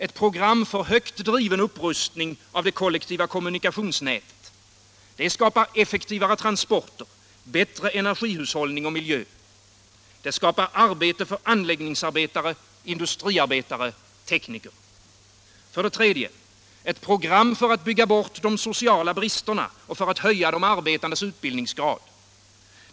Ett program för högt driven upprustning av det kollektiva kommunikationsnätet. Det skapar effektivare transporter, bättre energihushållning och bättre miljö. Det skapar arbete för anläggningsarbetare, industriarbetare, tekniker. 3. Ett program för att bygga bort de sociala bristerna och för att höja de arbetandes utbildningsgrad.